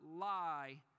lie